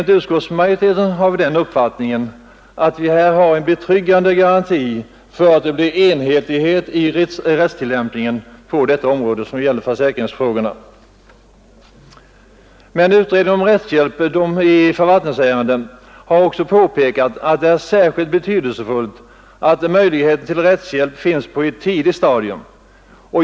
Inom utskottsmajoriteten har vi den uppfattningen att man här har en betryggande garanti för att det blir enhetlighet i rättstillämpningen på detta område. Men utredningen om rättshjälp i förvaltningsärenden har också påpekat att det är särskilt betydelsefullt att det finns möjligheter till rättshjälp på ett tidigt stadium.